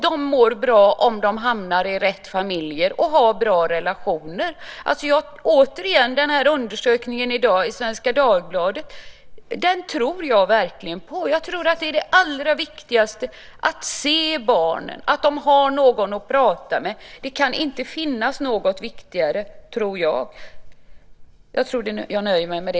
De mår bra om de hamnar i rätt familjer och har bra relationer. Jag tror verkligen på den undersökning som redovisas i Svenska Dagbladet i dag. Jag tror att det allra viktigaste är att se barnen och att de har någon att prata med. Jag tror inte att det kan finnas något viktigare.